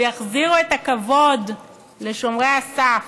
ויחזירו את הכבוד לשומרי הסף.